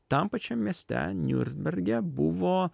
tam pačiam mieste niurnberge buvo